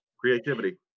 creativity